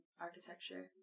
architecture